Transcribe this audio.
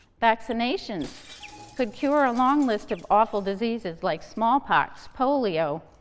vaccinations could cure a long list of awful diseases, like smallpox, polio,